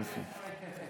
יופי.